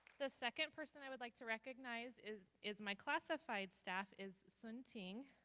the second person i would like to recognize is is my classified staff is sun ting.